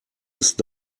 ist